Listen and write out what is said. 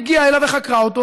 והגיעה אליו וחקרה אותו,